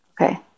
Okay